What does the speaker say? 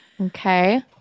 Okay